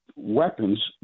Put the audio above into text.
weapons